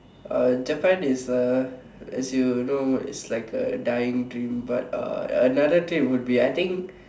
uh Japan is a as you know is like a dying dream but uh another dream would be I think